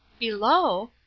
below!